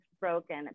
broken